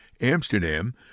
Amsterdam